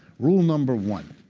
rule number one,